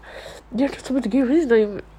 then